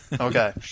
Okay